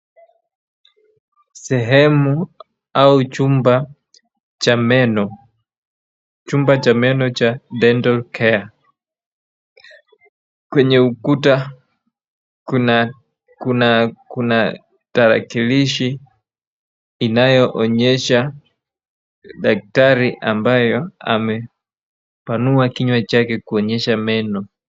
Sehemu au chumba cha meno, chumba cha meno cha dental care , kwenye ukuta kuna kuna tarakilishi inayoonyesha daktari ambaye amepanua kinywa chake kuonyesha meno.